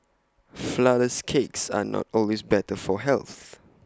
Flourless Cakes are not always better for health